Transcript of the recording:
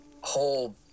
whole